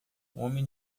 homem